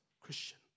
Christian